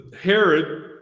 Herod